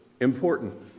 important